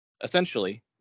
Essentially